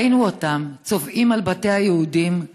וראינו אותם צובאים על בתי היהודים,